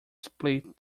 split